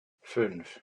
fünf